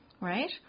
Right